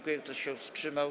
Kto się wstrzymał?